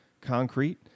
concrete